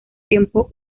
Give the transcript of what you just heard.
tiempo